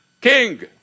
king